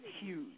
huge